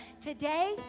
today